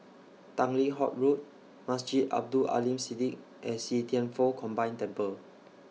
Tanglin Halt Road Masjid Abdul Aleem Siddique and See Thian Foh Combined Temple